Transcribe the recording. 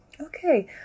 Okay